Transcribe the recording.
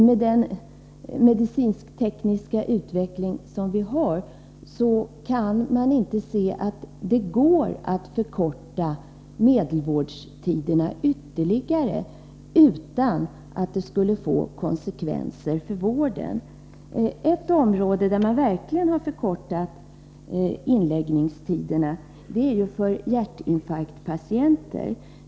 Med den medicinsk-tekniska utveckling som vi har kan man just nu inte se att det går att förkorta medelvårdtiderna ytterligare utan att det skulle få konsekvenser för vården. Ett område där man verkligen har förkortat inläggningstiderna är för hjärtinfarktspatienter.